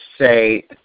say